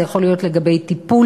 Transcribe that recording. זה יכול להיות לגבי טיפול,